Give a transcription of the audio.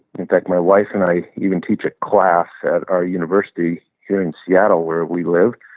in fact, my wife and i even teach a class at our university here in seattle where we live.